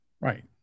Right